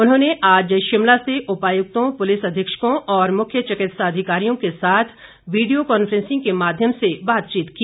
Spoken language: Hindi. उन्होंने आज शिमला में उपायुक्तों पुलिस अधीक्षकों और मुख्य चिकित्सा अधिकारियों के साथ वीडियो कांफ्रेंसिंग के माध्यम से बातचीत की